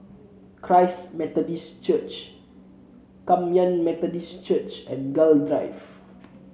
Christ Methodist Church Kum Yan Methodist Church and Gul Drive